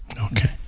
Okay